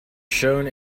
shown